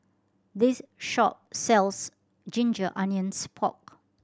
this shop sells ginger onions pork